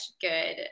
good